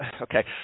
okay